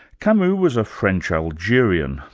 camus was a french algerian,